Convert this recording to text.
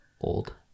old